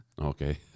Okay